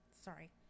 Sorry